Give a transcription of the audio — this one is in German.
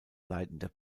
leitender